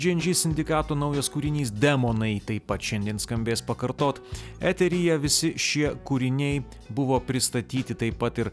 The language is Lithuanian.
džy en džy sindikato naujas kūrinys demonai taip pat šiandien skambės pakartot eteryje visi šie kūriniai buvo pristatyti taip pat ir